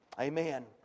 Amen